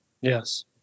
Yes